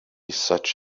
such